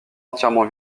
entièrement